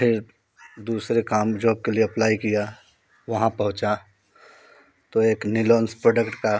फिर दूसरे काम जॉब के लिए अप्लाइ किया वहाँ पहुँचा तो एक निलोन्स प्रोडक्ट का